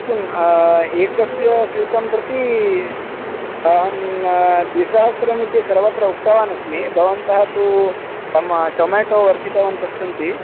किम् एकं स्यूतं प्रति अहं द्विसहस्रमिति सर्वत्र उक्तवान् अस्मि भवन्तः तु टमा टोमाटो वर्धितवन्तः सन्ति